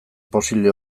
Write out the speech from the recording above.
posible